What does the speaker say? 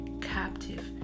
captive